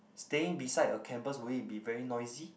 staying beside a campus will it be very noisy